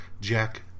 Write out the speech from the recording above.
Jack